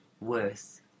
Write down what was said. worse